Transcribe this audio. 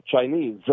Chinese